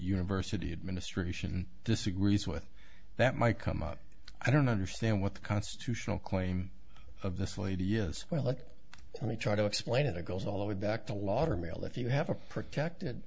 university administration disagrees with that might come up i don't understand what the constitutional claim of this lady is well let me try to explain it or goes all the way back to lauder male if you have a protected